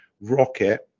Rocket